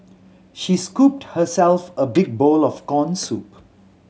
she scooped herself a big bowl of corn soup